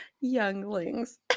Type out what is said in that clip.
younglings